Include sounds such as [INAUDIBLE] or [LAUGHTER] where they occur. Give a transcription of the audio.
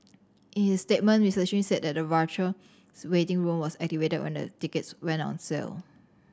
in his statement Mister Chin said that the virtual [UNINTELLIGIBLE] waiting room was activated when the tickets went on sale